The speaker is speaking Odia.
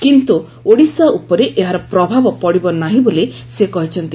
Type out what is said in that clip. କିନ୍ତୁ ଓଡ଼ିଶା ଉପରେ ଏହାର ପ୍ରଭାବ ପଡ଼ିବ ନାହିଁ ବୋଲି ସେ କହିଛନ୍ତି